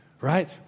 Right